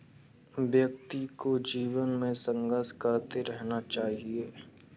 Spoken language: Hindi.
व्यक्ति को जीवन में संघर्ष करते रहना चाहिए